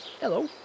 Hello